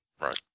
Right